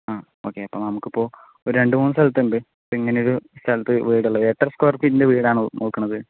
ആ ഒക്കെ നമുക്കിപ്പോൾ രണ്ടുമൂന്നു സ്ഥലത്തുണ്ട് ഇപ്പോൾ ഇങ്ങനെയൊരു വീടുള്ളത് അപ്പോൾ എത്ര സ്ക്വർ ഫീറ്റിൻ്റെ വീടാണ് നോക്കുന്നത്